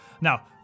Now